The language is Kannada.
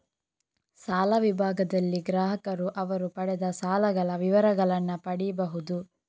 ಸಾಲ ವಿಭಾಗದಲ್ಲಿ ಗ್ರಾಹಕರು ಅವರು ಪಡೆದ ಸಾಲಗಳ ವಿವರಗಳನ್ನ ಪಡೀಬಹುದು